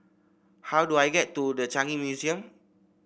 how do I get to The Changi Museum